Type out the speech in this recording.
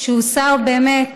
שהוא באמת